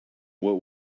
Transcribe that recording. what